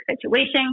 situation